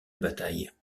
bataille